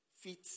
feet